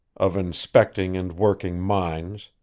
of inspecting and working mines,